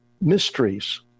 mysteries